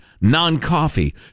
Non-coffee